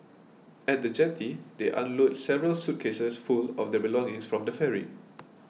at the jetty they unload several suitcases full of their belongings from the ferry